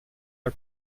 der